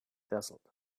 dazzled